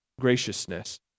Graciousness